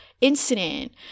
incident